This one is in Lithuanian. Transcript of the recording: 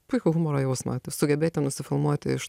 puikų humoro jausmą sugebėti nusifilmuoti iš